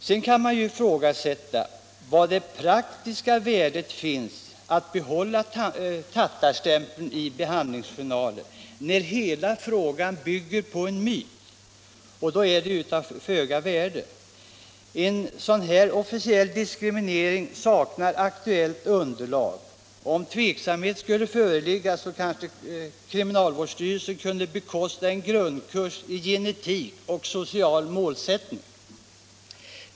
Sedan kan man ifrågasätta det praktiska värdet av att behålla tattarstämpeln i behandlingsjournaler, när hela frågan bygger på en myt. Det måste vara till föga nytta. En sådan här officiell diskriminering saknar aktuellt underlag. Om tveksamhet skulle föreligga kanske kriminalvårdsstyrelsen kunde bekosta en grundkurs i genetik och social målsättning.